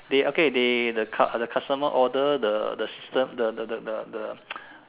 they okay they the customer order the system the the the the the